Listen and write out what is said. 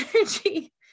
energy